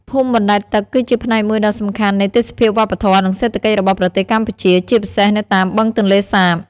ភូមិបណ្តែតទឹកគឺជាផ្នែកមួយដ៏សំខាន់នៃទេសភាពវប្បធម៌ និងសេដ្ឋកិច្ចរបស់ប្រទេសកម្ពុជា ជាពិសេសនៅតាមបឹងទន្លេសាប។